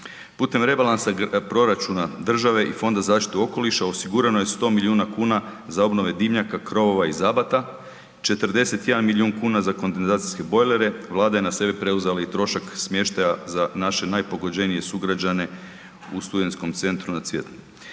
Putem rebalansa proračuna države i Fonda za zaštitu okoliša osigurano je 100 milijuna kuna za obnove dimnjaka, krovova i zabata, 41 milijun kuna za kondenzacijske bojlere, Vlada je na sebe preuzela i trošak smještaja za naše najpogođenije sugrađane u studentskom centru na Cvjetnom.